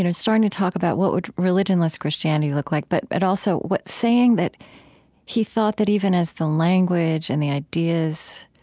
you know starting to talk about what would religionless christianity look like? but but also, saying that he thought that even as the language and the ideas